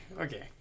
okay